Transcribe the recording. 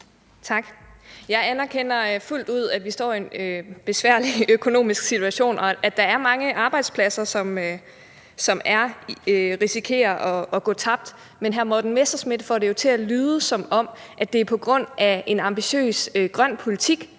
(S): Jeg anerkender fuldt ud, at vi står en besværlig økonomisk situation, og at der er mange arbejdspladser, som risikerer at gå tabt. Men hr. Morten Messerschmidt får det til at lyde, som om det er på grund af en ambitiøs grøn politik,